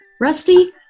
Rusty